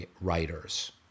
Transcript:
writers